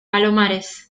palomares